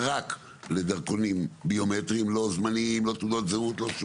בדיוק על זה אנחנו מדברים,